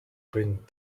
wind